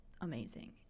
amazing